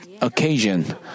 occasion